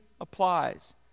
applies